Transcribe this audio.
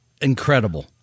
incredible